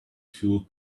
fuel